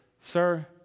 sir